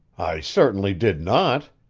i certainly did not!